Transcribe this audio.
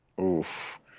oof